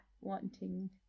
wanting